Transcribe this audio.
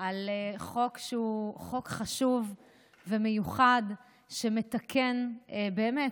על חוק שהוא חוק חשוב ומיוחד שמתקן, באמת,